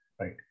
right